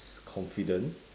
confident